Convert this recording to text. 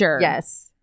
Yes